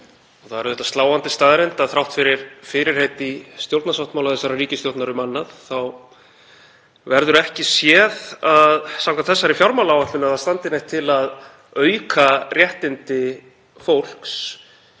það er auðvitað sláandi staðreynd að þrátt fyrir fyrirheit í stjórnarsáttmála þessarar ríkisstjórnar um annað þá verður ekki séð samkvæmt þessari fjármálaáætlun að það standi til að auka réttindi fólks